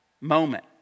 moment